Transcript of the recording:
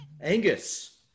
Angus